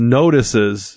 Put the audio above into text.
notices